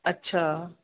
अच्छा